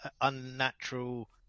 unnatural